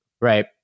right